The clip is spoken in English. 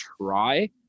try